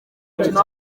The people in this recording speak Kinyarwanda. umukino